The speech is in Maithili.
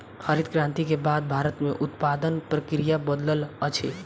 हरित क्रांति के बाद भारत में उत्पादन प्रक्रिया बदलल अछि